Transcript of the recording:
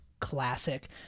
classic